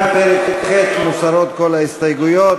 גם לפרק ח' מוסרות כל ההסתייגויות,